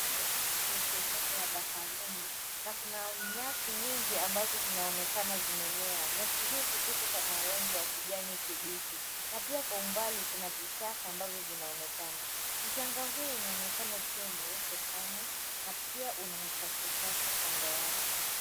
Eneo hii ni sehemu ya baharini na kuna nyasi nyingi ambazo zinaonekana zimemea. Nyasi hizi ziko kwenye rangi ya kijani kibichi na pia kwa umbali kuna vichaka ambavyo vinaonekana. Mchanga huu unaonekana ukiwa mweupe sana na pia una uchafu uchafu kando yake.